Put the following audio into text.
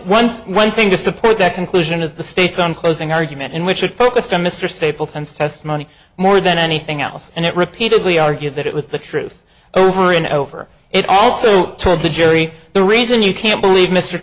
one one thing to support that conclusion is the state's own closing argument in which it focused on mr stapleton's testimony more than anything else and it repeatedly argued that it was the truth over and over it also told the jury the reason you can't believe mr